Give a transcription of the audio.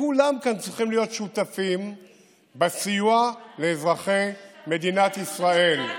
וכולם כאן צריכים להיות שותפים בסיוע לאזרחי מדינת ישראל.